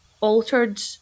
altered